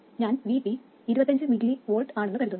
ഞാൻ Vt 25 mV ആണെന്ന് കരുതുന്നു